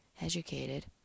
educated